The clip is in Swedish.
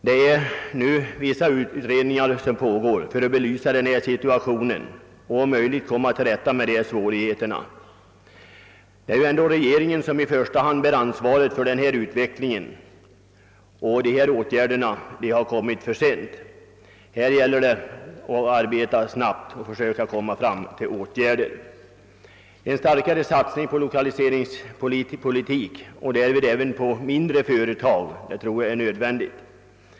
För att belysa den nuvarande situationen och om möjligt komma till rätta med svårigheterna pågår för närvarande vissa utredningar. I första hand är det regeringen som bär ansvaret för utvecklingen men motåtgärderna har vidtagits för sent. Det gäller därför att arbeta snabbt. En starkare satsning på lokaliseringspolitiken och därmed även på de mindre företagen är enligt min uppfattning nödvändig.